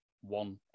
one